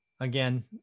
Again